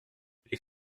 les